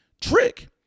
Trick